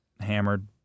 hammered